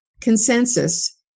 consensus